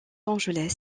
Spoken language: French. angeles